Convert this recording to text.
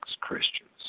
Christians